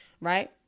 right